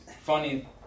funny